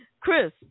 Chris